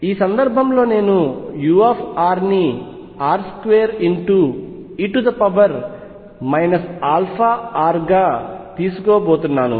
ఈ సందర్భంలో నేను u ని r2e αrగా తీసుకోబోతున్నాను